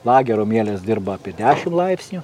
lagerio mielės dirba apie dešimt laipsnių